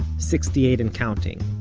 sixty eight and counting.